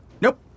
Nope